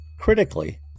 Critically